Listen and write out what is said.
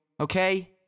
okay